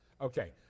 Okay